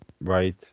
right